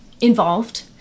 involved